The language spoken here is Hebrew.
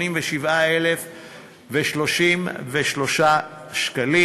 887,033 שקלים.